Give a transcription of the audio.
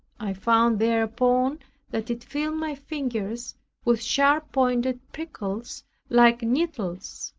i found thereupon that it filled my fingers with sharp-pointed prickles like needles.